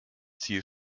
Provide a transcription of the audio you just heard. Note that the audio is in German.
ziel